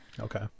okay